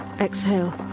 Exhale